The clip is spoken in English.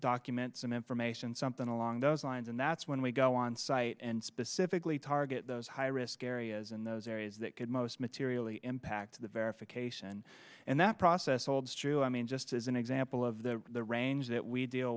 documents and information something along those lines and that's when we go on site and specifically target those high risk areas in those areas that could most materially impact the verification and that process holds true i mean just as an example of the range that we deal